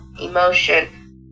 emotion